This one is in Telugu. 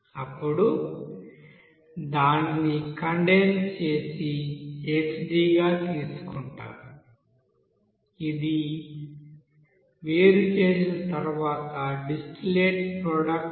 అప్పుడు దానిని కండెన్స్ చేసి xd గా తీసుకుంటారు ఇది వేరుచేసిన తరువాత డిస్టిల్లేట్ ప్రోడక్ట్ అవుతుంది